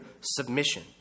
submission